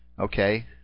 okay